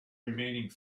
remaining